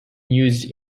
used